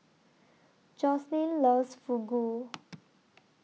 Joslyn loves Fugu